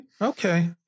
Okay